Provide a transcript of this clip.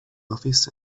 office